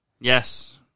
Yes